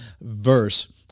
verse